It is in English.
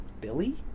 Billy